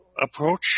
approach